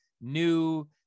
new